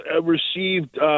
received